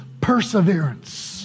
perseverance